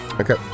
Okay